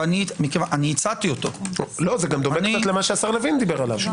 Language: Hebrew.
זה גם דומה למה שהשר לוין דיבר עליו.